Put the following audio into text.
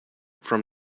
from